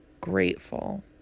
grateful